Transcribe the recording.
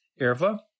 erva